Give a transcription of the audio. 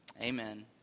Amen